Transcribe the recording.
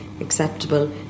acceptable